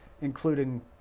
including